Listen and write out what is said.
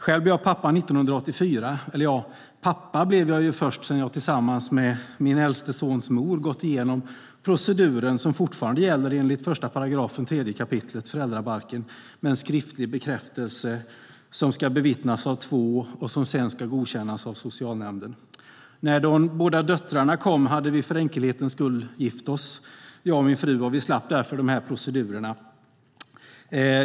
Själv blev jag pappa 1984, eller pappa blev jag ju först sedan jag tillsammans med min äldste sons mor gått igenom proceduren som fortfarande gäller enligt 1 § 3 kap. i föräldrabalken med en skriftlig bekräftelse som ska bevittnas av två och sedan godkännas av socialnämnden. När de båda döttrarna kom hade jag och min fru för enkelhetens skull gift oss och slapp därmed dessa procedurer.